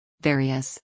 Various